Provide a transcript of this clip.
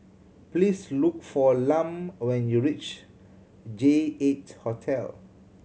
please look for Lum when you reach J Eight Hotel